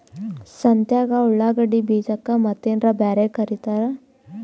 ಸಂತ್ಯಾಗ ಉಳ್ಳಾಗಡ್ಡಿ ಬೀಜಕ್ಕ ಮತ್ತೇನರ ಬ್ಯಾರೆ ಕರಿತಾರ?